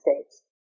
States